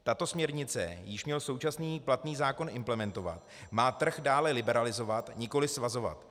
Tato směrnice, již měl současný platný zákon implementovat, má trh dále liberalizovat, nikoliv svazovat.